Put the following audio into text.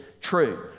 true